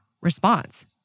response